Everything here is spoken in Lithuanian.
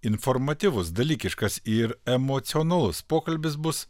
informatyvus dalykiškas ir emocionalus pokalbis bus